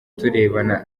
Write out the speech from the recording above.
turebana